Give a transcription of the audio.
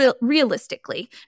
realistically